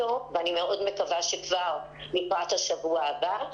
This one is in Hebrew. אני מאוד מקווה שכבר לקראת השבוע הבא,